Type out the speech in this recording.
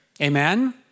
Amen